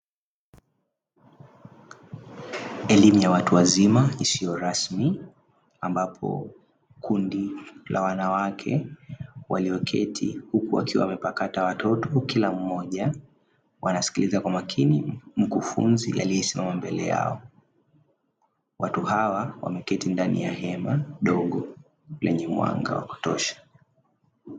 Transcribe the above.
Elimu ya watu wazima isiyo rasmi, ambapo kundi la wanawake walioketi huku wakiwa wamepakata watoto, kila mmoja wanasikiliza kwa makini mkufunzi aliye simama mbele yao. Watu hawa wameketi ndani ya hema